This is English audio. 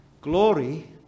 glory